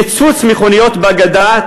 פיצוץ מכוניות בגדה,